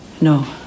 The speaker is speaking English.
No